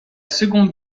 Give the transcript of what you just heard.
seconde